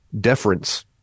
deference